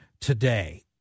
today